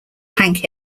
hank